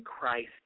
Christ